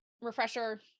refresher